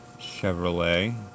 Chevrolet